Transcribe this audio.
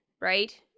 right